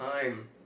time